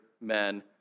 men